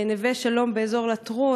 בנווה-שלום באזור לטרון.